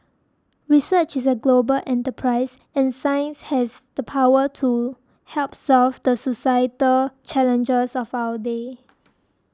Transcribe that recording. research is a global enterprise and science has the power to help solve the societal challenges of our day